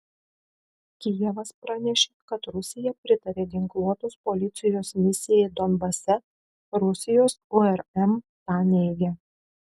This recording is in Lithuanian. kijevas pranešė kad rusija pritarė ginkluotos policijos misijai donbase rusijos urm tą neigia